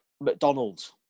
McDonald's